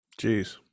Jeez